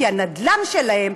כי הנדל"ן שלהם,